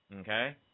Okay